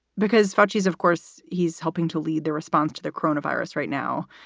because but she's, of course, he's helping to lead the response to the corona virus right now.